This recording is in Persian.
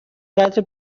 قتل